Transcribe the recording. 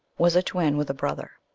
was a twin with a brother.